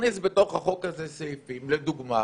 תכניס בתוך החוק הזה סעיפים, לדוגמה,